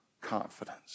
confidence